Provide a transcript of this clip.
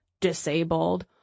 disabled